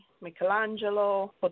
Michelangelo